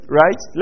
right